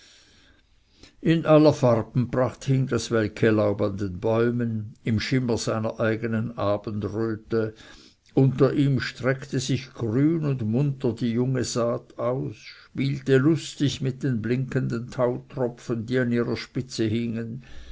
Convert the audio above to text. in aller farbenpracht hing das welke laub an den bäumen im schimmer seiner eigenen abendröte unter ihm streckte sich grün und munter die junge saat aus spielte lustig mit den blinkenden tautropfen die an ihrer spitze hingen